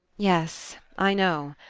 yes i know.